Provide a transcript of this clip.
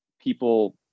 people